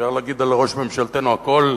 אפשר להגיד על ראש ממשלתנו הכול,